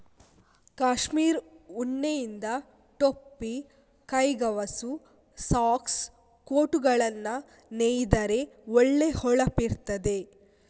ಕಾಶ್ಮೀರ್ ಉಣ್ಣೆಯಿಂದ ಟೊಪ್ಪಿ, ಕೈಗವಸು, ಸಾಕ್ಸ್, ಕೋಟುಗಳನ್ನ ನೇಯ್ದರೆ ಒಳ್ಳೆ ಹೊಳಪಿರ್ತದೆ